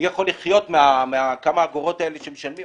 הרי מי יכול לחיות מהכמה אגורות שהם משלמים?